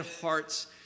hearts